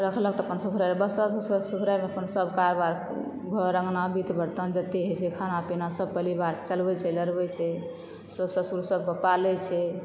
रखलक तऽ अपन ससुरारि बसल ससुरारिमे अपन सब कारबार घर अङ्गना बीत बर्तन जते हइ छै खाना पीना सब पलिवार चलबै छै लड़बै छै सौस ससुर सबकऽ पालै छै